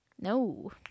No